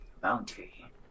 Bounty